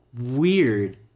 weird